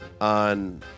on